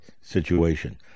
situation